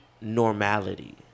normality